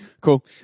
Cool